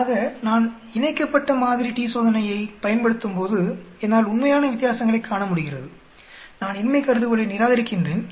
ஆக நான் இணைக்கப்பட்ட t சோதனையை பயன்படுத்தும்போது என்னால் உண்மையான வித்தியாசங்களை காண முடிகிறது நான் இன்மை கருதுகோளை நிராகரிக்கின்றேன்